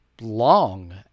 long